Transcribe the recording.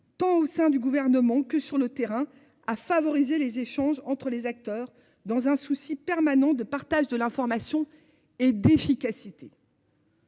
tant au sein du gouvernement que sur le terrain à favoriser les échanges entre les acteurs dans un souci permanent de partage de l'information et d'efficacité.--